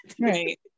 right